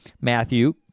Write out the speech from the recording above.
Matthew